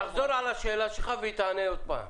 תחזור על השאלה שלך והיא תענה שוב.